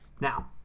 now